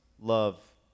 love